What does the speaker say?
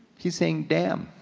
he's saying damn,